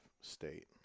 state